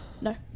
No